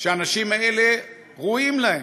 שהאנשים האלה ראויים להן.